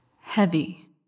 Heavy